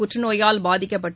புற்றநோயால் பாதிக்கப்பட்டு